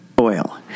oil